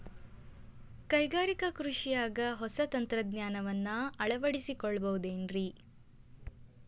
ಕೈಗಾರಿಕಾ ಕೃಷಿಯಾಗ ಹೊಸ ತಂತ್ರಜ್ಞಾನವನ್ನ ಅಳವಡಿಸಿಕೊಳ್ಳಬಹುದೇನ್ರೇ?